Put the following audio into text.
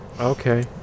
okay